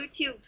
YouTube